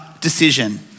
decision